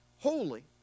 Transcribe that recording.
holy